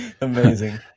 Amazing